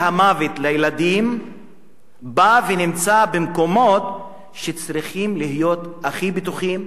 המוות לילדים בא ונמצא במקומות שצריכים להיות הכי בטוחים,